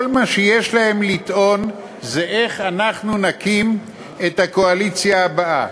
כל מה שיש להם לטעון זה איך אנחנו נקים את הקואליציה הבאה.